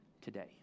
today